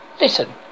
listen